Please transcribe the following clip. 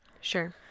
Sure